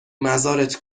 مزارت